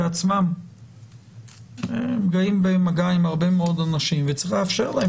הם באים במגע עם הרבה מאוד אנשים וצריך לאפשר להם